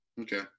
Okay